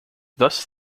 thus